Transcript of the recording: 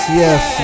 yes